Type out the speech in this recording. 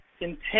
intense